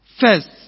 first